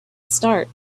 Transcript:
start